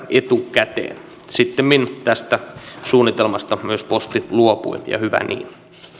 etukäteen sittemmin tästä suunnitelmasta myös posti luopui ja hyvä niin